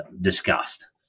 discussed